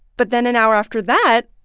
but then an hour after that,